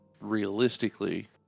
realistically